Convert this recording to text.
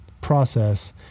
process